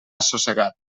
assossegat